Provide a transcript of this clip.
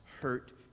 hurt